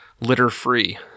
litter-free